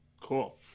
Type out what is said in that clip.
Cool